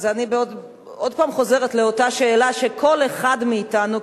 אני עוד הפעם חוזרת לאותה שאלה שכל אחד מאתנו,